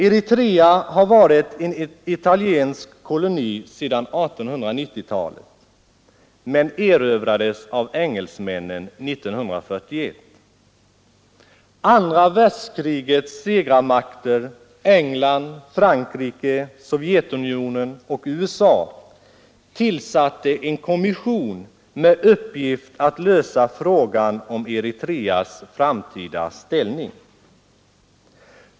Eritrea har varit en italiensk koloni sedan 1890-talet, men erövrades av engelsmännen 1941. Andra världskrigets segrarmakter, England, Frankrike, Sovjetunionen och USA tillsatte en kommission med uppgift att lösa frågan om Eritreas framtida ställning.